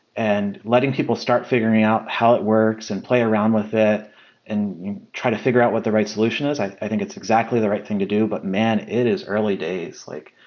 and letting people start figuring out how it works and play around with it and try to figure out what the right solution is, i think it's exactly the right thing to do. but man! it is early days like.